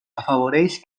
afavoreix